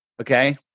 Okay